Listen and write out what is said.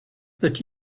that